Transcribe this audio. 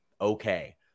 Okay